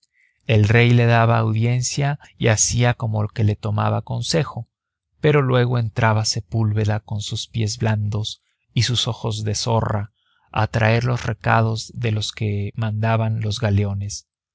el rey le daba audiencia y hacía como que le tomaba consejo pero luego entraba sepúlveda con sus pies blandos y sus ojos de zorra a traer los recados de los que mandaban los galeones